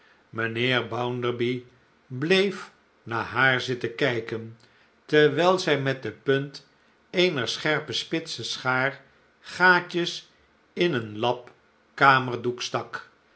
mijnheer bounderby bleef naar haar zitten kijken terwijl zij met de punt eener scherpe spitse schaar gaatjes in een lap kamerdoek stak